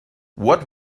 what